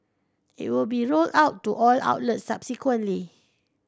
it will be rolled out to all outlets subsequently